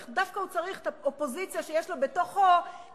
דווקא הוא צריך את האופוזיציה שיש לו בתוכו כדי